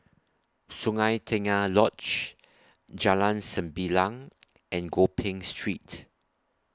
Sungei Tengah Lodge Jalan Sembilang and Gopeng Street